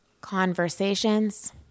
Conversations